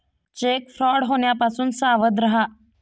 check fraud होण्यापासून सावध रहा